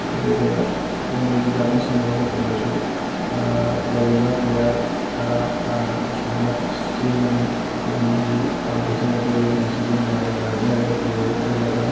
ꯑꯗꯨꯒ ꯑꯩꯈꯣꯏꯅ ꯌꯨꯕꯤ ꯂꯥꯛꯄꯤ ꯁꯥꯟꯅꯕ ꯃꯇꯃꯗꯁꯨ ꯂꯩꯔꯤꯕ ꯄ꯭ꯂꯦꯌꯔ ꯇꯔꯥ ꯇꯔꯥꯃꯉꯥ ꯑꯁꯨꯃꯥꯏꯅ ꯆꯦꯜꯂꯅꯤ ꯌꯨꯕꯤꯁꯤ ꯊꯥꯎ ꯇꯩꯁꯤꯜꯂꯒ ꯌꯨꯕꯤꯁꯤꯕꯨ ꯃꯌꯥꯝꯅ ꯂꯥꯛꯅꯔꯒ ꯄꯨꯔꯒ ꯆꯦꯜꯂꯒ